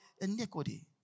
iniquity